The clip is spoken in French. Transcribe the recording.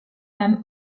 femme